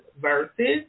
verses